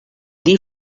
dir